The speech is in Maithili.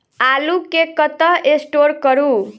आलु केँ कतह स्टोर करू?